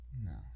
No